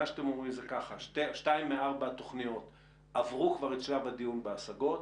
מה שאתם אומרים זה ששתיים מארבע תוכניות עברו כבר את שלב הדיון בהשגות,